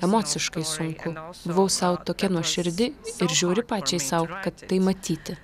emociškai sunku buvau sau tokia nuoširdi ir žiauri pačiai sau kad tai matyti